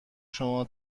شما